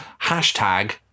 hashtag